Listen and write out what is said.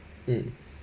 mm